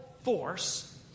force